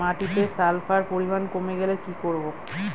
মাটিতে সালফার পরিমাণ কমে গেলে কি করব?